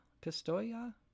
pistoia